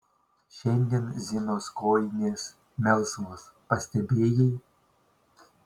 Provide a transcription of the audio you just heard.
šiandien zinos kojinės melsvos pastebėjai